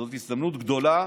זאת הזדמנות גדולה,